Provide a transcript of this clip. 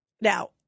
Now